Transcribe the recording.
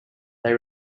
they